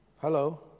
Hello